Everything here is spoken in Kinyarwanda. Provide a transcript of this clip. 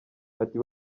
ati